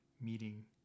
meeting